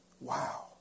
Wow